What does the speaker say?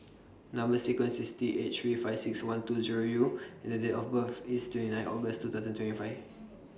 Number sequence IS T eight three five six one two Zero U and The Date of birth IS twenty nine August two thousand twenty five